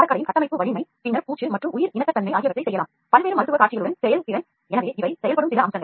scaffold இன் கட்டமைப்பு வலிமை பூச்சு உயிர் இணக்கத்தன்மை மற்றும் பல்வேறு மருத்துவ சூழ்நிலைகளின் செயல்திறன் ஆகியவை இவை செய்யும் பிற அம்சங்கள்